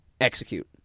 Execute